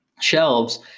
shelves